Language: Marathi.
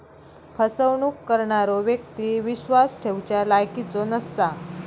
फसवणूक करणारो व्यक्ती विश्वास ठेवच्या लायकीचो नसता